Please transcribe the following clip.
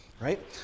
right